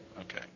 Okay